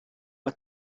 mae